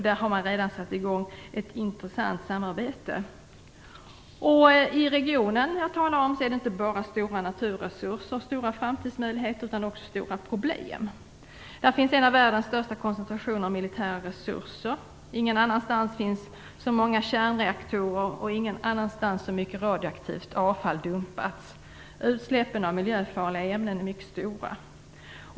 Där har man redan satt i gång ett intressant samarbete. I den region som jag talar om finns det inte bara stora naturresurser och stora framtidsmöjligheter utan också stora problem. Där finns en av världens största koncentrationer av militära resurser. Inte någon annanstans finns det så många kärnreaktorer och så mycket radioaktivt avfall som har dumpats. Utsläppen av miljöfarliga ämnen är mycket stora.